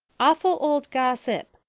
awful old gossip,